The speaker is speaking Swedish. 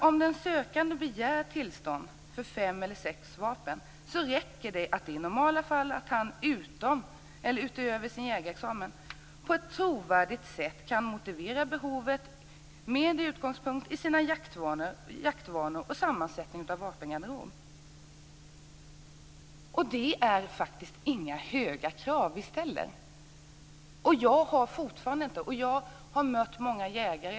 Om den sökande begär tillstånd för fem eller sex vapen räcker det i normala fall att han utöver sin jägarexamen - och jag läser ur betänkandet: "- på ett trovärdigt sätt kan motivera behovet med utgångspunkt från sina jaktvanor och sammansättningen av sin vapengarderob." Det är faktiskt inga höga krav som vi ställer! Jag har mött många jägare.